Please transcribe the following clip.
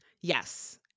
Yes